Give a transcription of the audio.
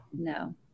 No